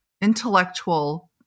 intellectual